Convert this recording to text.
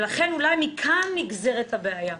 לכן אולי מכאן נגזרת הבעיה.